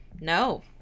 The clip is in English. No